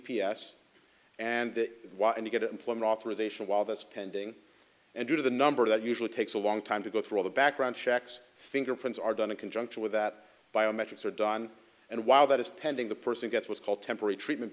p s and and you get employment authorization while that's pending and due to the number that usually takes a long time to go through all the background checks fingerprints are done in conjunction with that biometrics are done and while that is pending the person gets what's called temporary treatment